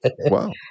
Wow